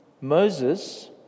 Moses